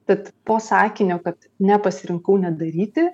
tad po sakinio kad nepasirinkau nedaryti